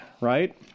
right